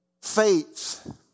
Faith